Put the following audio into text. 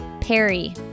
Perry